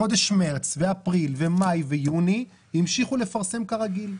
חודש מרץ, אפריל, מאי ויוני המשיכו לפרסם כרגיל.